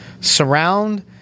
surround